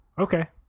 Okay